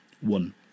one